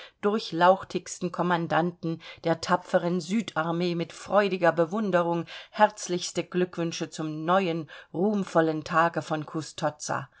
durchlauchtigsten kommandanten der tapferen süd armee mit freudiger bewunderung herzlichste glückwünsche zum neuen ruhmvollen tage von